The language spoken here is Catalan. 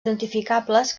identificables